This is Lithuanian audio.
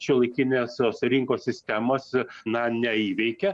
šiuolaikinės tos rinkos sistemos na neįveikia